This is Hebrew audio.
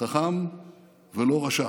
חכם ולא רשע.